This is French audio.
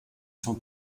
son